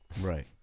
Right